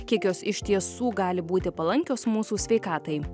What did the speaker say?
kiek jos iš tiesų gali būti palankios mūsų sveikatai